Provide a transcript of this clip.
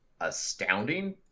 astounding